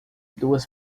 duas